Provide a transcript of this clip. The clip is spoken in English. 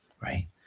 right